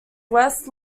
west